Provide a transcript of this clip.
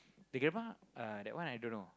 the grandma uh the one I don't know